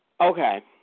Okay